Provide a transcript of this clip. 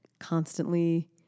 Constantly